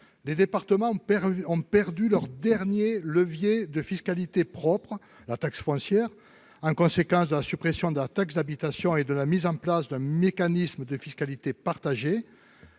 Les départements ont perdu leur dernier levier de fiscalité propre, la taxe foncière, en conséquence de la suppression de la taxe d'habitation et de la mise en place d'un mécanisme de fiscalité partagée.